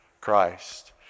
Christ